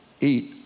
eat